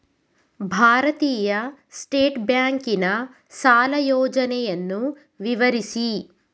ಭಾರತೀಯ ಸ್ಟೇಟ್ ಬ್ಯಾಂಕಿನ ಸಾಲ ಯೋಜನೆಯನ್ನು ವಿವರಿಸಿ?